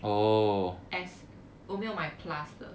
as 我没有买 plus 的